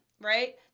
right